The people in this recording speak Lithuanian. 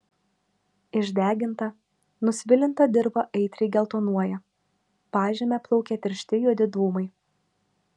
išdeginta nusvilinta dirva aitriai geltonuoja pažeme plaukia tiršti juodi dūmai